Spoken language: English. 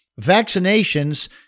Vaccinations